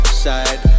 side